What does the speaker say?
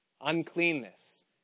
uncleanness